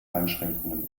einschränkungen